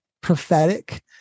prophetic